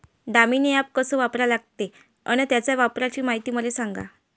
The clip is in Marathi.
दामीनी ॲप कस वापरा लागते? अन त्याच्या वापराची मायती मले सांगा